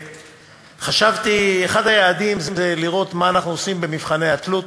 אחד היעדים זה לראות מה אנחנו עושים במבחני התלות